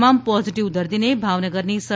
તમામ પોઝીટીવ દર્દીને ભાવનગરની સર